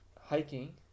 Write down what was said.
Hiking